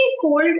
cold